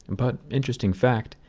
but interesting fact,